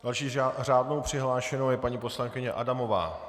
Další řádnou přihlášenou je paní poslankyně Adamová.